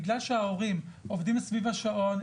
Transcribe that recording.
בגלל שההורים עובדים סביב השעון,